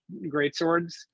greatswords